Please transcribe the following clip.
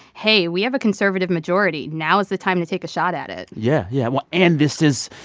hey, we have a conservative majority. now is the time to take a shot at it yeah, yeah. well, and this is,